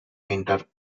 painter